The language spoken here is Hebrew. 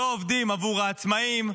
לא עובדים עבור העצמאים,